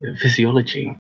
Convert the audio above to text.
physiology